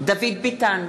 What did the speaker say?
דוד ביטן,